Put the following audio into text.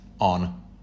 on